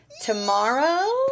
tomorrow